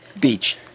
Beach